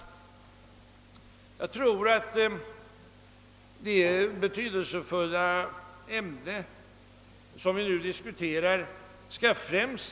Enligt min mening bör det betydelsefulla ämne vi nu diskuterar främst.